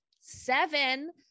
seven